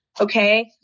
Okay